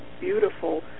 beautiful